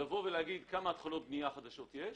לבוא ולראות כמה התחלות בנייה חדשות יש.